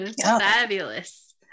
Fabulous